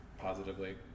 positively